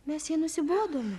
mes jai nusibodome